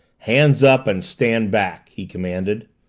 hands up and stand back! he commanded.